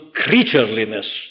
creatureliness